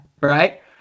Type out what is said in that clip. Right